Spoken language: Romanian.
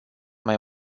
mai